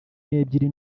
n’ebyiri